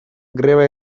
greba